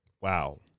Wow